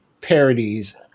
parodies